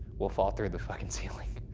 we'll fall through the fucking ceiling.